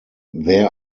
there